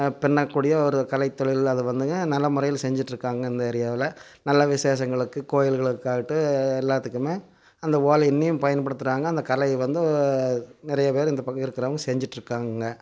பின்னக்கூடிய ஒரு கலைத் தொழில் அது வந்துங்க நல்லமுறையில் செஞ்சுட்ருக்காங்க இந்த ஏரியாவில் நல்ல விசேஷங்களுக்குக் கோயில்களுக்காகட்டும் எல்லாத்துக்குமே அந்த ஓலையுமே பயன்படுத்துகிறாங்க அந்தக் கலை வந்து நிறைய பேர் இந்தப் பக்கம் இருக்கிறவங்க செஞ்சிட்டிருக்காங்கங்க